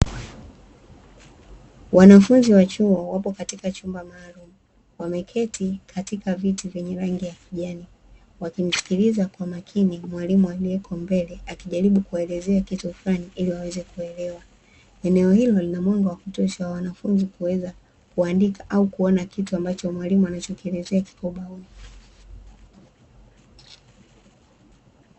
Wanafunzi wa chuo wapo katika chumba maalumu wameketi katika viti vyenye rangi ya kijani wakimsikiliza kwa makini mwalimu aliyeko mbele akijaribu kuwaelezea kitu fulani ili waweze kuelewa. Eneo hilo lina mwanga wa kutosha kwa wanafunzi kuweza kuandika au kuona kitu ambacho mwalimu anachokielezea kiko ubaoni.